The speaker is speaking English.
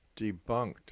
debunked